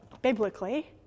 biblically